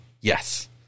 Yes